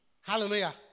Hallelujah